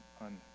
on